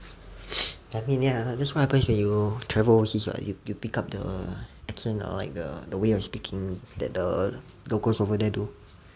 I think ya that's what happens when you travel overseas [what] you pick up the accent or like the way of speaking that the locals there do